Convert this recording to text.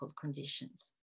conditions